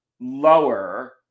lower